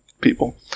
people